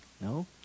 No